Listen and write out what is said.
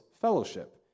fellowship